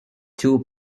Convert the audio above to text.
two